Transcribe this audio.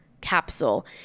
capsule